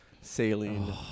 saline